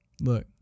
look